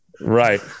Right